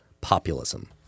populism